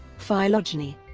phylogeny